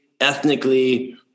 ethnically